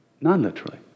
non-literally